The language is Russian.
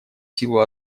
силу